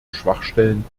schwachstellen